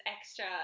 extra